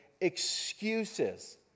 excuses